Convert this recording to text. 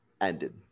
ended